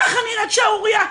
ככה נראית שערורייה.